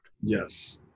yes